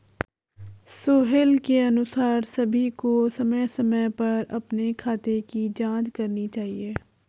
सोहेल के अनुसार सभी को समय समय पर अपने खाते की जांच करनी चाहिए